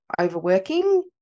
overworking